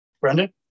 Brendan